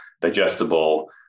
digestible